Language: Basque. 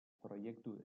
proiektu